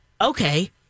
okay